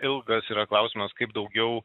ilgas yra klausimas kaip daugiau